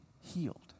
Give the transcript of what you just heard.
Healed